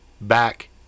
back